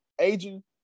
agent